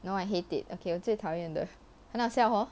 you know I hate it okay 我最讨厌的很好笑 hor